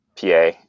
PA